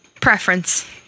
preference